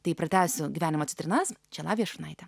tai pratęsiu gyvenimo citrinas čia lavija šurnaitė